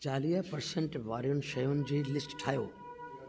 चालीह पर्सेंट वारियुनि शयुनि जी लिस्ट ठाहियो